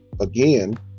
again